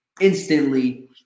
instantly